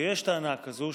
ויש טענה כזאת,